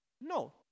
No